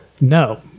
No